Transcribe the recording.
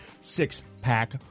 six-pack